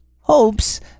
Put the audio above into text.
hopes-